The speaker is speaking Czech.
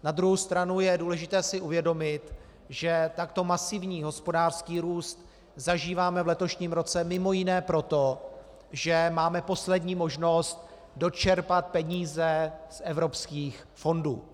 Na druhou stranu je důležité si uvědomit, že takto masivní hospodářský růst zažíváme v letošním roce mj. proto, že máme poslední možnost dočerpat peníze z evropských fondů.